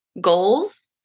goals